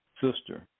sister